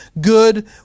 good